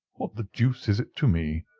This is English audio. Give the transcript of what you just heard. what the deuce is it to me?